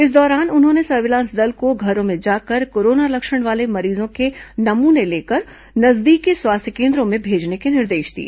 इस दौरान उन्होंने सर्विलांस दल को घरों में जाकर कोरोना लक्षण वाले मरीजों के नमूने लेकर नजदीकी स्वास्थ्य केन्द्रों में भेजने के निर्देश दिए